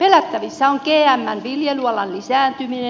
pelättävissä on gmn viljelyalan lisääntyminen